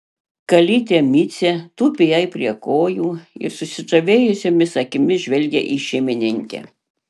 kalytė micė tupi jai prie kojų ir susižavėjusiomis akimis žvelgia į šeimininkę